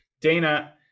Dana